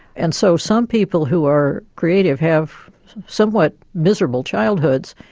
and so some people who are creative have somewhat miserable childhoods.